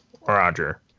Roger